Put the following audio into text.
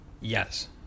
Yes